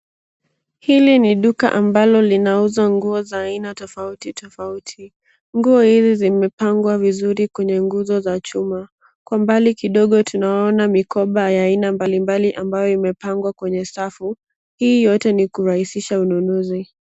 Hili ni duka ambalo linauzwa nguo za aina tofautitofauti. Nguo hizi zimepangwa vizuri kwenye nguzo za chuma. Kwa mbali kidogo tunaona mikoba ya aina mbalimbali ambayo imepangwa kwenye safu, hii yote ni kurahissisha ununuzi.